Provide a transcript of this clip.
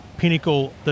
pinnacle